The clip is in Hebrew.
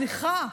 סליחה,